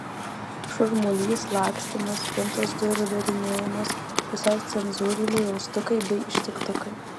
šurmulys lakstymas spintos durų darinėjimas pusiau cenzūriniai jaustukai bei ištiktukai